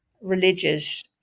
religious